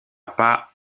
pas